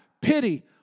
pity